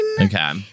Okay